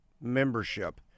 membership